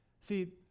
see